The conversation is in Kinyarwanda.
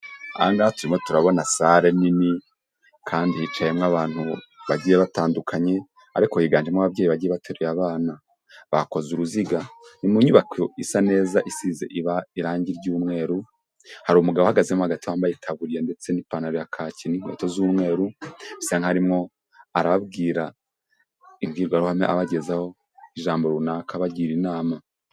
Aha ngaha turimo turabona sale nini kandi yicayemo abantu bagiye batandukanye ariko yiganjemo ababyeyi bagiye bateruye abana, bakoze uruziga. Ni mu nyubako isa neza isize iba irangi ry'umweru hari umugabo uhahagazemo hagati wambaye itaburiya ndetse n'ipantaro ya kake n'inkweto z'umweru, bisa n'aho arimo arababwira imbwirwaruhame abagezaho ijambo runaka abagira inama.